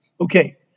Okay